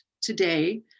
today